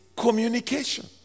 Communication